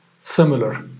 similar